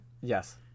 Yes